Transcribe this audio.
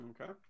Okay